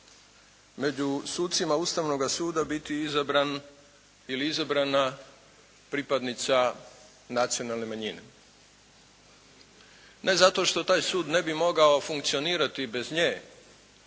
među sucima Ustavnoga suda biti izabran ili izabrana pripadnica nacionalne manjine. Ne zato što taj sud ne bi mogao funkcionirati bez nje